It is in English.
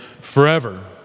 forever